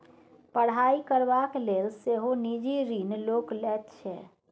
पढ़ाई करबाक लेल सेहो निजी ऋण लोक लैत छै